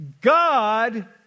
God